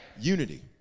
unity